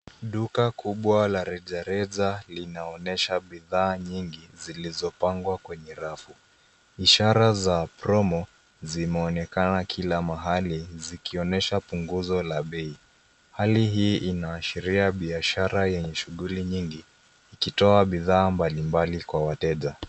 Duka kubwa la rejareja linaonyesha bidhaa nyingi zilizopangwa kwenye rafu. Ishara za promo zimeonekana kila pahali zikionyesha punguzo la bei. Hali hii inaashiria biashara yenye shughuli nyingi ikitoa bidhaa mbalimbali kwa wateja.